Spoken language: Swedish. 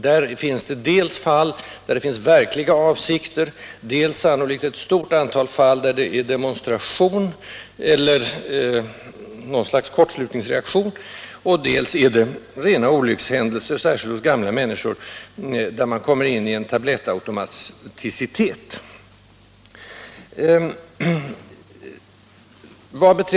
För det första fall där verkliga avsikter ligger bakom, för det andra fall där demonstration eller något slags kortslutningsreaktion ligger bakom och för det tredje rena olyckshändelser — särskilt gäller detta gamla människor som kommit in i en ”tablettautomatism”.